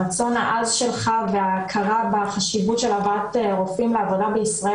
הרצון העז שלך וההכרה בחשיבות של הבאת רופאים לעבודה בישראל,